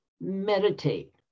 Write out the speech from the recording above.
meditate